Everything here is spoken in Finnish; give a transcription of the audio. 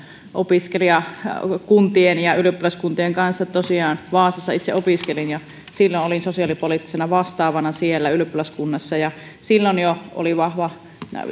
opiskelijakuntien ja ja ylioppilaskuntien kanssa tosiaan ajaneet vaasassa itse opiskelin ja silloin olin sosiaalipoliittisena vastaavana siellä ylioppilaskunnassa ja jo silloin oli vahva